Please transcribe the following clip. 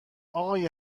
آقای